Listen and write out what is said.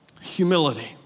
Humility